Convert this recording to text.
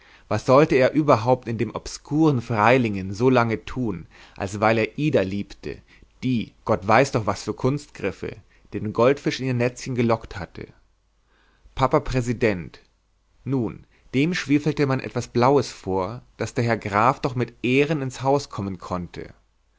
was sollte er überhaupt in dem obskuren freilingen so lange tun als weil er ida liebte die gott weiß durch was für kunstgriffe den goldfisch in ihr netzchen gelockt hatte papa präsident nun dem schwefelte man etwas blaues vor daß der herr graf doch mit ehren ins haus kommen konnte